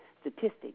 statistics